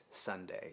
Sunday